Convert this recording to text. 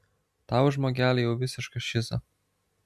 tau žmogeli jau visiška šiza